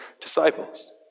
disciples